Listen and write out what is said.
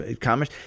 commerce